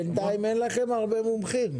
בינתיים אין לכם הרבה מומחים.